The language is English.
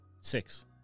Six